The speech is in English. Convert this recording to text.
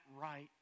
right